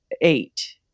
eight